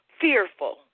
fearful